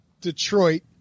Detroit